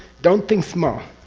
don't think small